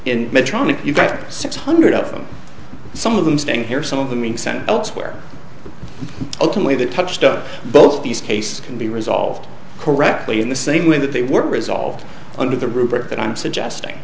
to you've got six hundred of them some of them staying here some of them being sent elsewhere ultimately that touched up both these cases can be resolved correctly in the same way that they were resolved under the rubric that i'm suggesting